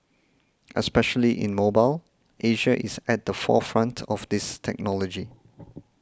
especially in mobile Asia is at the forefront of this technology